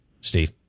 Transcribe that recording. Steve